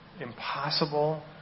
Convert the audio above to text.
impossible